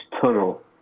tunnel